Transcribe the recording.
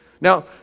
Now